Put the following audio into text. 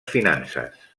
finances